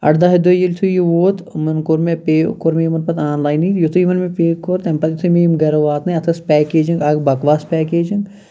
اَرداہہِ دُہۍ یِتھٕے یہِ ووت یِمَن کوٚر مےٚ پے کوٚر مےٚ یِمَن پَتہٕ آن لاینٕے یُتھٕے یِمَن مےٚ پے کوٚر پَتہٕ یُتھٕے مےٚ یِم گَرٕ واتنٲو اتھ ٲسۍ پیکیجِنٛگ اکھ بَکواس پیکیجِنٛگ